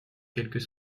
quelques